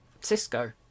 Cisco